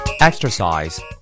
Exercise